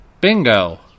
Bingo